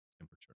temperature